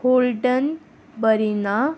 holding Barina